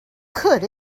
could